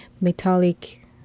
Metallic